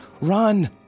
Run